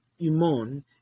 imon